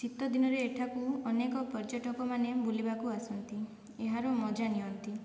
ଶୀତଦିନରେ ଏଠାକୁ ଏନେକ ପର୍ଯ୍ୟଟକ ମାନେ ବୁଲିବାକୁ ଆସନ୍ତି ଏହାର ମଜା ନିଅନ୍ତି